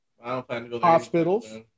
hospitals